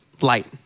light